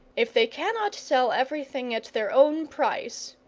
if they cannot sell everything at their own price,